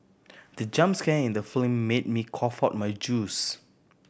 the jump scare in the film made me cough out my juice